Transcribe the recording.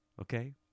Okay